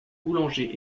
boulanger